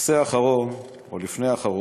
הנושא האחרון, או לפני האחרון,